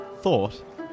thought